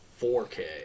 4K